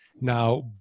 Now